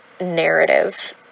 narrative